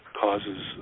causes